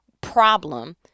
problem